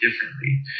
differently